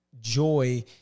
Joy